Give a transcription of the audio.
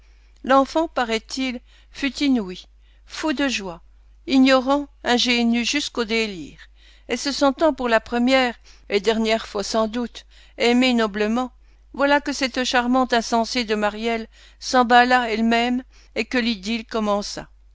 l'enfant paraît-il fut inouï fou de joie ignorant ingénu jusqu'au délire et se sentant pour la première et dernière fois sans doute aimée noblement voilà que cette charmante insensée de maryelle s emballa elle-même et que l'idylle commença